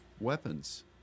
weapons